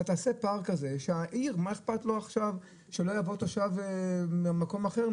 אתה תעשה פער כזה שהעיר מה איכפת לו עכשיו שלא יבוא תושב ממקום אחר,